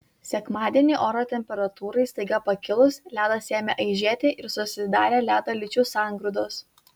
sekmadienį oro temperatūrai staiga pakilus ledas ėmė aižėti ir susidarė ledo lyčių sangrūdos